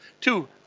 two